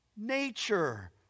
nature